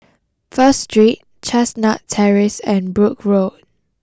First Street Chestnut Terrace and Brooke Road